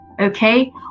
okay